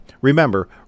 Remember